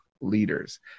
leaders